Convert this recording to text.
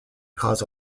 cause